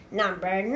number